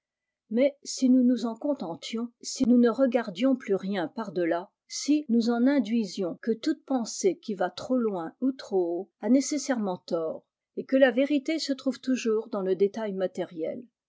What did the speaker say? mais si nous nous en contentions si nous ne regardions plus rien par de là si nous en induisions que toute pensée qui rop loin ou trop haut a nécessairement tort ue la vérité se trouve toujours dans le il matériel